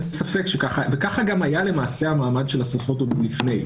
כך גם היה למעשה מעמד השפות עוד לפני.